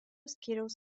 skyriaus